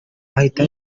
ahita